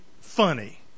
funny